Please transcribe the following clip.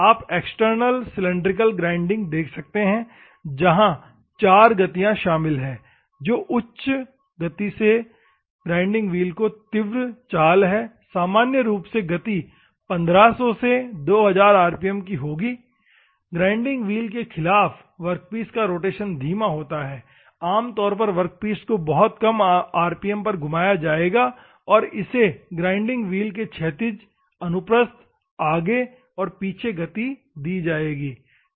आप external cylindrical grinding देख सकते हैं जहां चार गतियां शामिल हैं जो उचित गति से ग्राइंडिंग व्हील की तीव्र चाल है सामान्य रूप से गति 1500 से 2000 आरपीएम की होगी ग्राइंडिंग व्हील के खिलाफ वर्कपीस का रोटेशन धीमा होता है आम तौर पर वर्कपीस को बहुत कम आरपीएम पर घुमाया जाएगा और इसे ग्राइंडिंग व्हील के क्षैतिज अनुप्रस्थ आगे और पीछे गति दी जाएगी ठीक है